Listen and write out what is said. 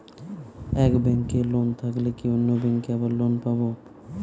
এক ব্যাঙ্কে লোন থাকলে কি অন্য ব্যাঙ্কে আবার লোন পাব?